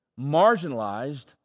marginalized